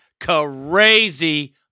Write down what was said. crazy